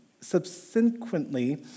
subsequently